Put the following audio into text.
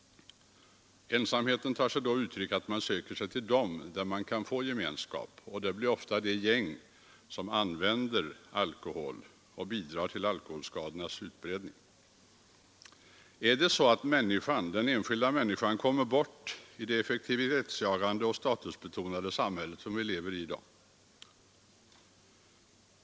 Ensamheten tar sig då uttryck i att man söker sig till dem man kan få gemenskap med, och det blir ofta de gäng som använder alkohol och knark och bidrar till alkoholoch narkotikaskadornas utbredning. Är det så att människan, den enskilda människan, kommer bort i det effektivitetsjagande och statusbetonade samhälle vi lever i i dag?